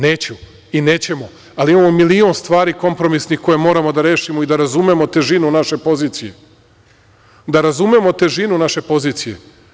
Neću i nećemo, ali imamo milion stvari kompromisnih koje moramo da rešimo i da razumemo težinu naše pozicije, da razumemo težinu naše pozicije.